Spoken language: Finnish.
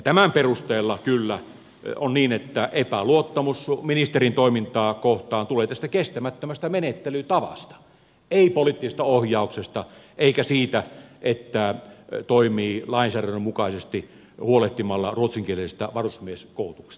tämän perusteella kyllä on niin että epäluottamus ministerin toimintaa kohtaan tulee tästä kestämättömästä menettelytavasta ei poliittisesta ohjauksesta eikä siitä että toimii lainsäädännön mukaisesti huolehtimalla ruotsinkielisestä varusmieskoulutuksesta